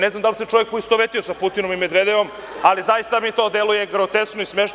Ne znam da li se čovek poistovetio sa Putinom i Medvedevom, ali zaista mi to deluje groteskno i smešno.